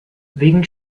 wegen